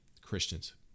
Christians